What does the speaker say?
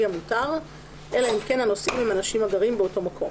המותר אלא אם כן הנוסעים הם אנשים הגרים באותו מקום,